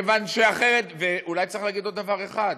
כיוון שאחרת, ואולי צריך להגיד עוד דבר אחד: